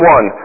One